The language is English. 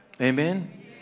Amen